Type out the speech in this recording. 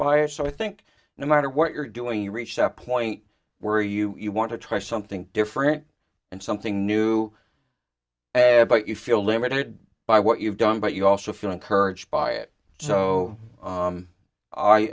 by it so i think no matter what you're doing you reach that point were you want to try something different and something new but you feel limited by what you've done but you also feel encouraged by it so